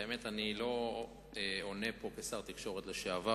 האמת היא שאני לא עונה פה כשר התקשורת לשעבר,